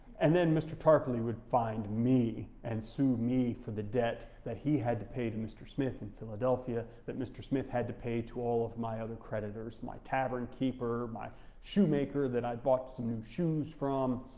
and then mr. tarpley would find me and sue me for the debt that he had to pay to mr. smith in philadelphia, that mr. smith had to pay to all of my other creditors, my tavern keeper, my shoemaker that i bought some new shoes from,